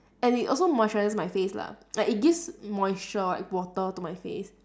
and it also moisturises my face lah like it gives moisture like water to my face